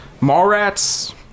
Mallrats